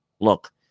look